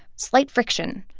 slight friction,